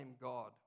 God